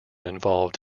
involved